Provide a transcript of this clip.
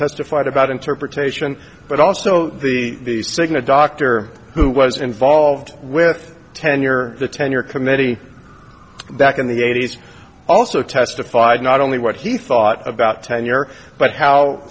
testified about interpretation but also the cigna doctor who was involved with tenure the tenure committee back in the eighty's also testified not only what he thought about tenure but how